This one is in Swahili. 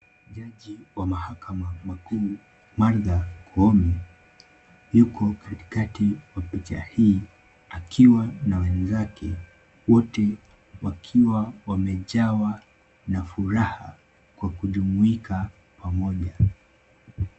Jaji wa mahakama makuu Martha Koome yuko katikati wa picha hii akiwa na wenzake, wote wakiwa wamejawa na furaha kwa kujumuika pamoja.